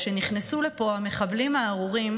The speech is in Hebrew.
כשנכנסו לפה המחבלים הארורים,